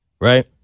Right